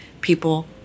people